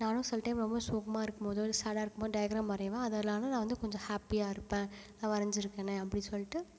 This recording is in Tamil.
நானும் சில டைம் ரொம்ப சோகமாக இருக்கும் போதோ இல்லை சேடாக இருக்கும் போதோ டயக்ராாம் வரைவேன் அதனால நான் வந்து கொஞ்சம் ஹாப்பியாக இருப்பேன் நான் வரஞ்சுருக்கேனே அப்படி சொல்லிட்டு